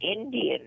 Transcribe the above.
Indian